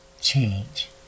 change